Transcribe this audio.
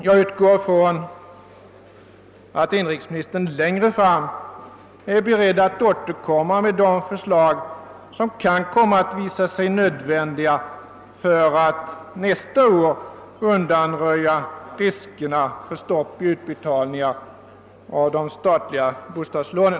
Jag utgår från att inrikesministern är beredd att längre fram återkomma med de förslag som kan visa sig nödvändiga för att nästa år undanröja riskerna för stopp i utbetalningarna av de statliga bostadslånen.